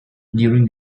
during